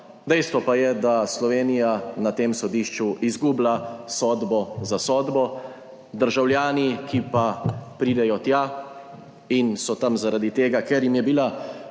dejstvo pa je, da Slovenija na tem sodišču izgublja sodbo za sodbo. Državljani, ki pa pridejo tja in so tam zaradi tega, ker jim je bila